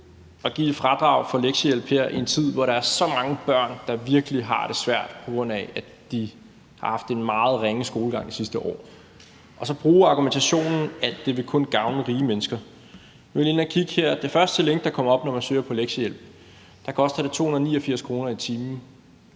at give et fradrag for lektiehjælp her i en tid, hvor der er så mange børn, der virkelig har det svært, på grund af at de har haft en meget ringe skolegang det sidste år, og så bruge argumentationen, at det kun vil gavne rige mennesker. Jeg var lige inde at kigge på det. I det første link, der kommer op, når man søger på lektiehjælp, koster lektiehjælp 289 kr. i timen.